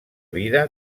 vida